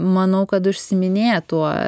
manau kad užsiiminėja tuo